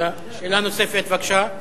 שאלה נוספת, בבקשה.